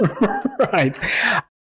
right